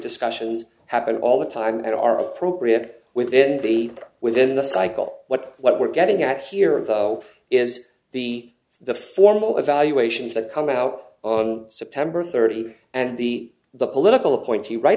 discussions happen all the time and are appropriate within the within the cycle what what we're getting at here is the the formal evaluations that come out on september thirtieth and the the political appointee right